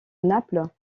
naples